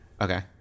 Okay